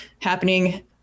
happening